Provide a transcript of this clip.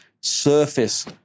surface